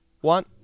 one